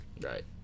Right